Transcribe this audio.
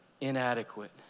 inadequate